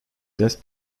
death